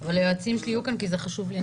אבל היועצים שלי יהיו כאן כי זה חשוב לי.